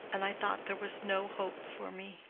and i thought there was no hope for me.